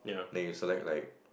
then you select like